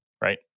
right